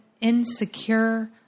insecure